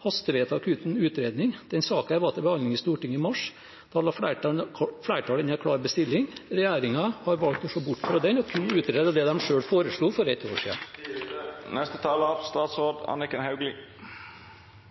og hastevedtak uten utredning: Denne saken var til behandling i Stortinget i mars. Da la flertallet inn en klar bestilling. Regjeringen har valgt å se bort fra den og utrede det de selv foreslo for et år siden. Tida er ute. Jeg fikk et spørsmål fra representanten Gjelsvik. Nå er